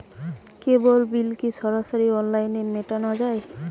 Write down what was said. কেবল bill কি সরাসরি অনলাইনে মেটানো য়ায়?